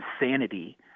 insanity